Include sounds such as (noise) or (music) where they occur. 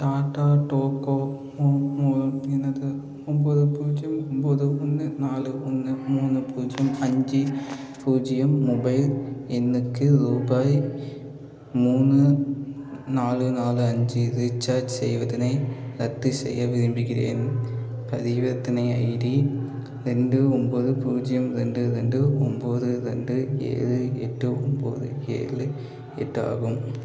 tata Docomo (unintelligible) ஒன்போது பூஜ்ஜியம் ஒன்போது ஒன்று நாலு ஒன்று மூணு பூஜ்ஜியம் அஞ்சு பூஜ்ஜியம் மொபைல் எண்ணுக்கு ரூபாய் மூணு நாலு நாலு அஞ்சு ரீசார்ஜ் செய்வதனை ரத்து செய்ய விரும்புகிறேன் பரிவர்த்தனை ஐடி ரெண்டு ஒன்போது பூஜ்ஜியம் ரெண்டு ரெண்டு ஒன்போது ரெண்டு ஏழு எட்டு ஒன்போது ஏழு எட்டு ஆகும்